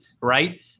right